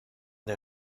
der